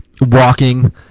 walking